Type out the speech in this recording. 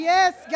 Yes